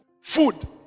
Food